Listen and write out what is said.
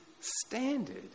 standard